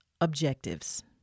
objectives